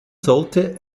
sollte